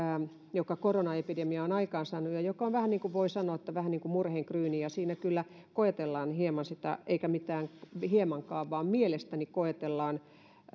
jonka koronaepidemia on aikaansaanut ja joka on voi sanoa vähän niin kuin murheenkryyni ja siinä kyllä koetellaan hieman sitä eikä mitään hiemankaan vaan mielestäni koetellaan